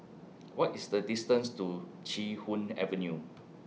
What IS The distance to Chee Hoon Avenue